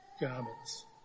garments